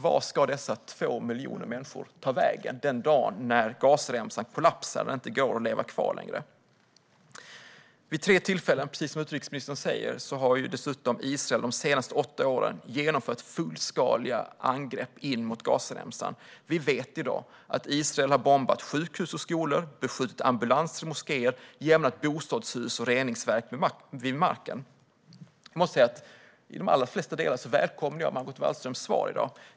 Vart ska dessa 2 miljoner människor ta vägen den dag då Gazaremsan kollapsar och det inte längre går att leva kvar där? Vid tre tillfällen de senaste åtta åren har Israel dessutom, precis som utrikesministern säger, genomfört fullskaliga angrepp in mot Gazaremsan. Vi vet i dag att Israel har bombat sjukhus och skolor, beskjutit ambulanser och moskéer och jämnat bostadshus och reningsverk med marken. Jag måste säga att jag i de allra flesta delar välkomnar Margot Wallströms svar i dag.